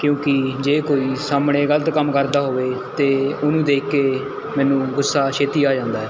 ਕਿਉਂਕਿ ਜੇ ਕੋਈ ਸਾਹਮਣੇ ਗਲਤ ਕੰਮ ਕਰਦਾ ਹੋਵੇ ਤਾਂ ਉਹਨੂੰ ਦੇਖ ਕੇ ਮੈਨੂੰ ਗੁੱਸਾ ਛੇਤੀ ਆ ਜਾਂਦਾ ਹੈ